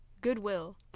goodwill